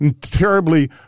terribly